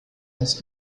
als